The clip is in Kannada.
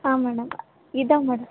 ಹಾಂ ಮೇಡಮ್ ಇದಾವೆ ಮೇಡಮ್